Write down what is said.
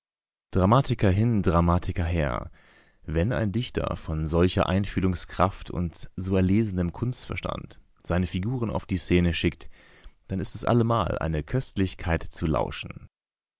dramatiker hin dramatiker her wenn ein dichter von solcher einfühlungskraft und so erlesenem kunstverstand seine figuren auf die szene schickt dann ist es allemal eine köstlichkeit zu lauschen